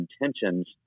intentions